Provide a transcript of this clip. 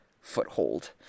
foothold